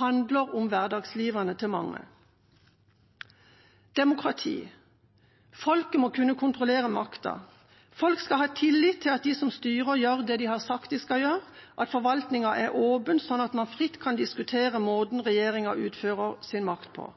handler om hverdagslivet til mange. Når det gjelder demokrati: Folket må kunne kontrollere makta. Folk skal ha tillit til at de som styrer, gjør det de har sagt de skal gjøre, og at forvaltningen er åpen, slik at man fritt kan diskutere måten regjeringa utfører sin makt på.